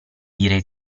dire